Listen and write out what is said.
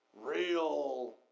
real